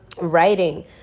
writing